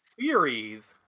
series